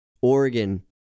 Oregon